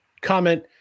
comment